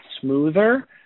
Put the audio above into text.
smoother